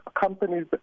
companies